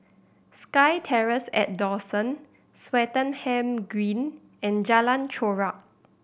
Sky Terrace at Dawson Swettenham Green and Jalan Chorak